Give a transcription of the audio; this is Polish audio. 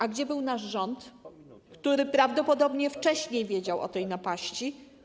A gdzie był nasz rząd, który prawdopodobnie wcześniej wiedział o tej napaści?